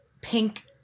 pink